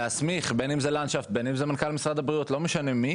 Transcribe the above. ולהסמיך את יובל לנדשפט או את מנכ"ל משרד הבריאות לא משנה את מי